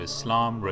Islam